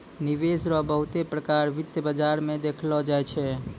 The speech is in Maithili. निवेश रो बहुते प्रकार वित्त बाजार मे देखलो जाय छै